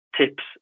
tips